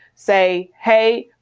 say, hey,